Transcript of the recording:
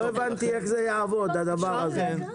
לא הבנתי איך הדבר הזה יעבוד.